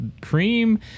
Cream